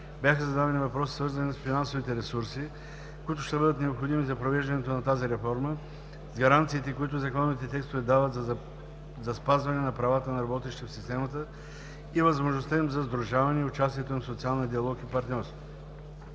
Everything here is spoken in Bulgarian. Бяха зададени въпроси, свързани с финансовите ресурси, които ще бъдат необходими за провеждането на тази реформа, с гаранциите, които законовите текстове дават за спазване на правата на работещите в системата и възможността им за сдружаване и участието им в социалния диалог и партньорство.